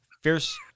Fierce